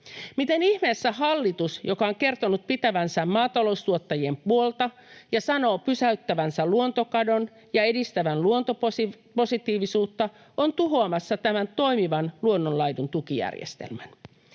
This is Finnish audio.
Miten ihmeessä hallitus, joka on kertonut pitävänsä maataloustuottajien puolta ja sanoo pysäyttävänsä luontokadon ja edistävänsä luontopositiivisuutta, on tuhoamassa tämän toimivan luonnonlaiduntukijärjestelmän?